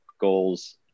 goals